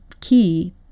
key